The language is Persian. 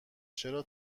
چرا